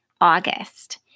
August